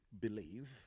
believe